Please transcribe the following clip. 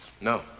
No